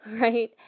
right